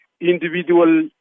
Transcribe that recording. individual